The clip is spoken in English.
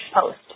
Post